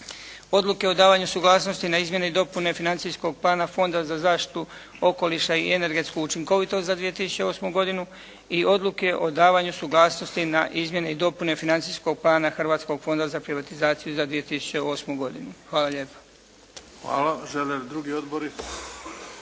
Odluke o davanju suglasnosti na izmjene i dopune financijskog plana Fonda za zaštitu okoliša i energetsku učinkovitost za 2008. godinu. I Odluke o davanju suglasnosti na izmjene i dopune financijskog plana Hrvatskog fonda za privatizaciju za 2008. godinu. Hvala lijepa. **Bebić,